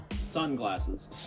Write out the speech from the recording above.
Sunglasses